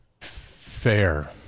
Fair